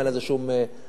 אין לזה שום משמעות.